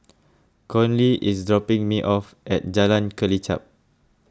Conley is dropping me off at Jalan Kelichap